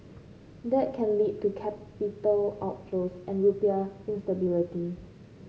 that can lead to capital outflows and rupiah instability